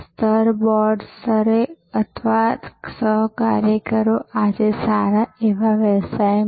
તેથી ડબ્બાવાલા ના સફળતાના પરિબળો તમારી સામે છે